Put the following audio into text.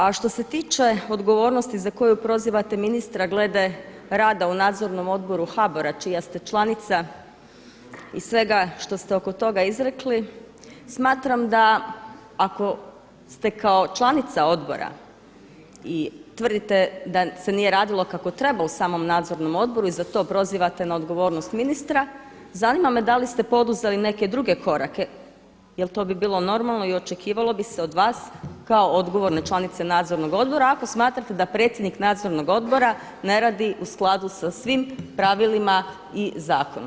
A što se tiče odgovornosti za koju prozivate ministra glede rada u Nadzornom odboru HBOR-a čija ste članica i svega što ste oko toga izrekli smatram da ako ste kao članica odbora i tvrdite da se nije radilo kako treba u samom nadzornom odboru i za to prozivate na odgovornost ministra zanima me da li ste poduzeli neke druge korake, jer to bi bilo normalno i očekivalo bi se od vas kao odgovorne članice nadzornog odbora ako smatrate da predsjednik nadzornog odbora ne radi u skladu sa svim pravilima i zakonom.